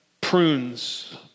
prunes